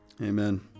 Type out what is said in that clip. Amen